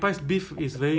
eh